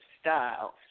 styles